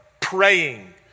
praying